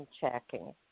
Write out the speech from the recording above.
checking